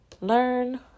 learn